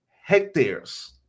hectares